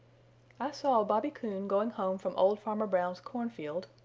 i saw bobby coon going home from old farmer brown's cornfield,